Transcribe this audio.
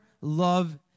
love